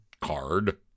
card